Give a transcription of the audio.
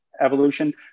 evolution